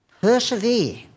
persevere